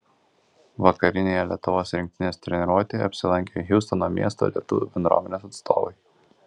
vakarinėje lietuvos rinktinės treniruotėje apsilankė hjustono miesto lietuvių bendruomenės atstovai